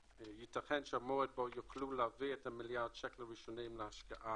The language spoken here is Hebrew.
שייתכן שהמועד בו יוכלו להעביר את מיליארד השקל להשקעה